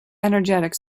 energetic